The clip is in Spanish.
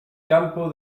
campo